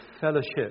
fellowship